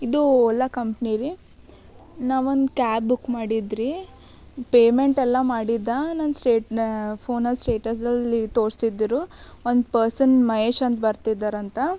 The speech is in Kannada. ಇದು ಓಲಾ ಕಂಪ್ನಿ ರಿ ನಾವೊಂದು ಕ್ಯಾಬ್ ಬುಕ್ ಮಾಡಿದ್ರಿ ಪೇಮೆಂಟ್ ಎಲ್ಲ ಮಾಡಿದ್ದೆ ನನ್ನ ಸ್ಟೇಟ್ ಫೋನಲ್ಲಿ ಸ್ಟೇಟಸಲ್ಲಿ ತೋರಿಸ್ತಿದ್ದರು ಒಂದು ಪರ್ಸನ್ ಮಹೇಶ್ ಅಂತ ಬರ್ತಿದ್ದರಂತ